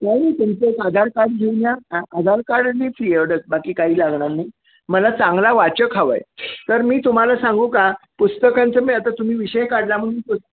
नाही तुमचं एक आधार कार्ड घेऊन या आ आधार कार्ड आणि फी एवढंच बाकी काही लागणार नाही मला चांगला वाचक हवा आहे तर मी तुम्हाला सांगू का पुस्तकांचं मी आता तुम्ही विषय काढला म्हणून पुस्